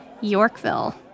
Yorkville